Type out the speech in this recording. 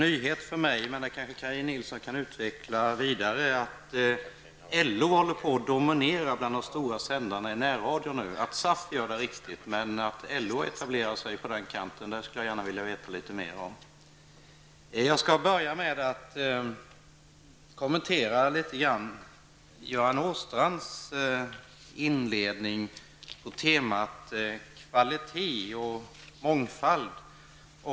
Fru talman! Det var en nyhet för mig att LO håller på att dominera bland de stora sändarna i närradion -- det kanske Kaj Nilsson kan utveckla närmare. Att SAF gör det är riktigt, men att LO etablerar sig på det sättet skulle jag gärna vilja veta mer om. Jag vill börja med att kommentera Göran Åstrands inledning på temat kvalitet och mångfald.